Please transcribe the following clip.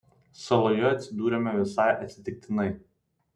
saloje atsidūrėme visai atsitiktinai